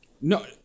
No